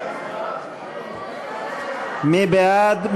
מי בעד,